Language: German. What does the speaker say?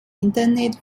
internet